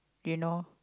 you know